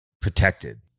protected